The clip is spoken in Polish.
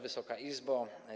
Wysoka Izbo!